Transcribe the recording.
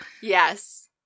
Yes